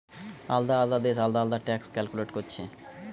আলদা আলদা দেশ আলদা ট্যাক্স ক্যালকুলেট কোরছে